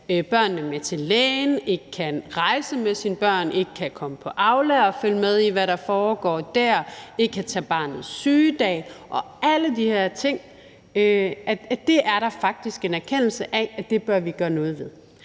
børnene med til lægen, ikke kan rejse med sine børn, ikke kan komme på Aula og følge med i, hvad der foregår der, ikke kan tage barns sygedag og alle de her ting, er der faktisk en erkendelse af at vi bør gøre noget ved.